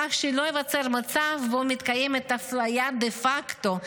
כך שלא ייווצר מצב שבו מתקיימת אפליה דה פקטו,